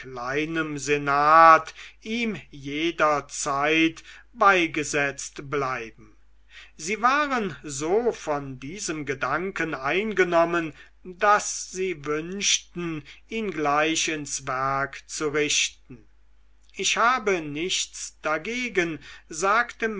kleinem senat ihm jederzeit beigesetzt bleiben sie waren so von diesem gedanken eingenommen daß sie wünschten ihn gleich ins werk zu richten ich habe nichts dagegen sagte